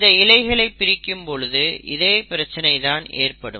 இந்த இழைகளை பிரிக்கும் பொழுது இதே பிரச்சினைதான் ஏற்படும்